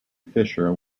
fisher